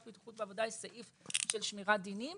בטיחות בעבודה יש סעיף של שמירת דינים